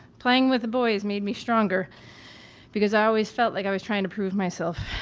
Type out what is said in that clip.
playing with the boys made me stronger because i always felt like i was trying to prove myself.